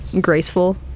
graceful